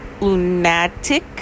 lunatic